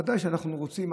ודאי שאנחנו רוצים,